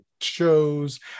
shows